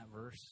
verse